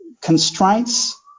constraints